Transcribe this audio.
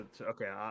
Okay